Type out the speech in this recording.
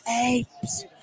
apes